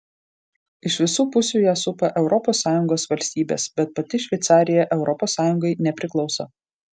iš visų pusių ją supa europos sąjungos valstybės bet pati šveicarija europos sąjungai nepriklauso